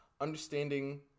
understanding